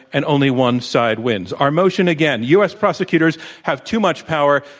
and only one side wins. our motion, again, u. s. prosecutors have too much power.